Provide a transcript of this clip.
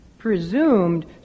presumed